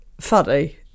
funny